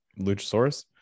Luchasaurus